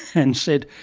and said,